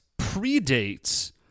predates